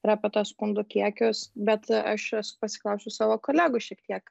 ir apie tuos skundų kiekius bet aš pasiklausiu savo kolegų šiek tiek